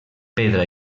pedra